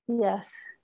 Yes